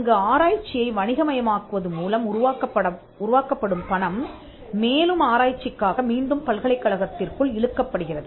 அங்கு ஆராய்ச்சியை வணிக மயமாக்குவது மூலம் உருவாக்கப்படும் பணம் மேலும் ஆராய்ச்சிக்காக மீண்டும் பல்கலைக்கழகத்திற்குள் இழுக்கப்படுகிறது